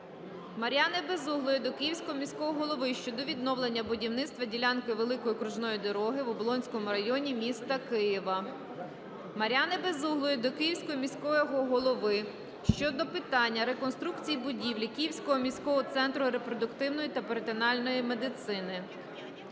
Мар'яни Безуглої до Київського міського голови щодо відновлення будівництва ділянки Великої окружної дороги в Оболонському районі міста Києва. Мар'яни Безуглої до Київського міського голови щодо питання реконструкції будівлі Київського міського центру репродуктивної та перинатальної медицини.